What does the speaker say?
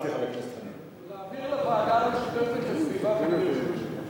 להעביר לוועדה המשותפת לסביבה ובריאות.